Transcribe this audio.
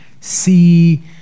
see